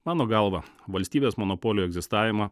mano galva valstybės monopolio egzistavimą